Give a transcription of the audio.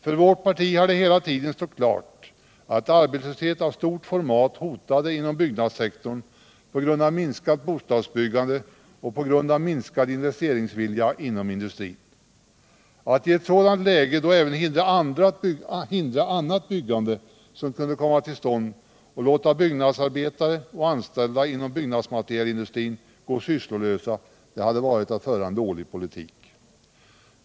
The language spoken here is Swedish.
För vårt parti har det hela tiden stått klart att arbetslöshet av stort format hotat inom byggnadssektorn på grund av minskat bostadsbyggande och på grund av minskad investeringsvilja inom industrin. Att i ett sådant läge även hindra annat byggande som kunde komma till stånd och låta byggnadsarbetare och anställda inom byggmaterialindustrin gå sysslolösa hade varit att föra en dålig politik.